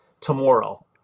tomorrow